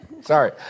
Sorry